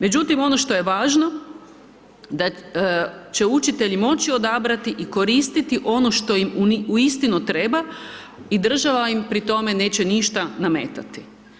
Međutim, ono što je važno da će učitelji moći odabrati i koristiti ono što im uistinu treba i država im pri tome neće ništa nametati.